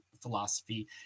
philosophy